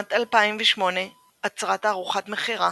בשנת 2008 אצרה תערוכת מכירה